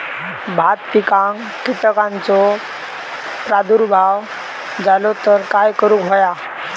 भात पिकांक कीटकांचो प्रादुर्भाव झालो तर काय करूक होया?